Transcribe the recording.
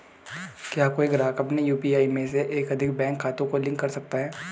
क्या कोई ग्राहक अपने यू.पी.आई में एक से अधिक बैंक खातों को लिंक कर सकता है?